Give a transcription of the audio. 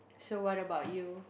so what about you